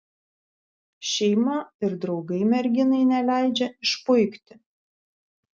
šeima ir draugai merginai neleidžia išpuikti